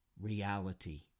reality